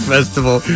Festival